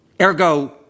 Ergo